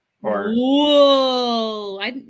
Whoa